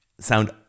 sound